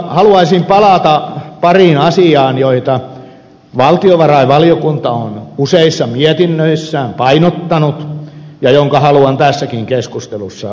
haluaisin palata pariin asiaan joita valtiovarainvaliokunta on useissa mietinnöissään painottanut ja jotka haluan tässäkin keskustelussa tuoda esiin